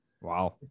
wow